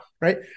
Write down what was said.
right